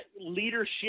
leadership